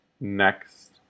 next